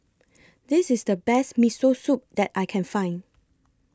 This IS The Best Miso Soup that I Can Find